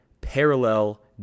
parallel